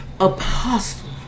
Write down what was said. Apostle